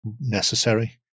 necessary